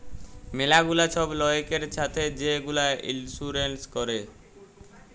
ম্যালা গুলা ছব লয়কের ছাথে যে গুলা ইলসুরেল্স ক্যরে